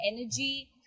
energy